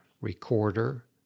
recorder